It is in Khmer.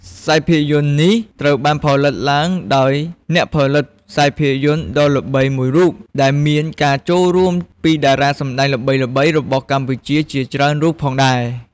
ខ្សែភាពយន្តនេះត្រូវបានផលិតឡើងដោយអ្នកផលិតភាពយន្តខ្មែរដ៏ល្បីមួយរូប ដែលមានការចូលរួមពីតារាសម្តែងល្បីៗរបស់កម្ពុជាជាច្រើនរូបផងដែរ ។